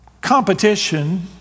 competition